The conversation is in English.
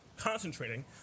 concentrating